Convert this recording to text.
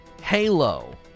Halo